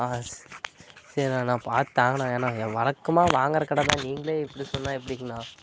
ஆ சரிண்ணா பார்த்து தாங்கண்ணா ஏண்ணா வழக்கமாக வாங்குகிற கடைதான் நீங்களே இப்படி சொன்னால் எப்படிங்கண்ணா